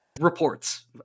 Reports